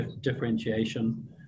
differentiation